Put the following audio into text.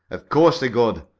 of course they're good!